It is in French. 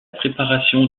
préparation